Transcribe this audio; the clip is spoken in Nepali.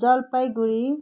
जलपाइगढी